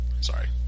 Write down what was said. Sorry